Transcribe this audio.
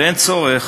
ואין צורך